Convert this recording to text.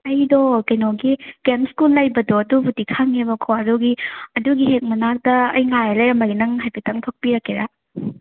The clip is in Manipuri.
ꯑꯩꯗꯣ ꯀꯩꯅꯣꯒꯤ ꯀꯦꯝ ꯁ꯭ꯀꯨꯜ ꯂꯩꯕꯗꯣ ꯑꯗꯨꯕꯨꯗꯤ ꯈꯪꯉꯦꯕꯀꯣ ꯑꯗꯨꯒꯤ ꯑꯗꯨꯒꯤ ꯍꯦꯛ ꯃꯅꯥꯛꯇ ꯑꯩ ꯉꯥꯏꯔ ꯂꯩꯔꯝꯃꯒꯦ ꯅꯪ ꯍꯥꯏꯐꯦꯠꯇꯪ ꯊꯣꯛꯄꯤꯔꯛꯀꯦꯔꯥ